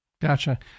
Gotcha